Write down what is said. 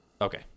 Okay